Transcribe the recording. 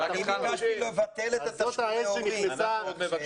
סל תרבות.